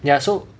ya so